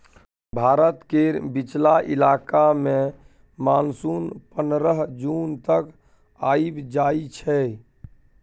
भारत केर बीचला इलाका मे मानसून पनरह जून तक आइब जाइ छै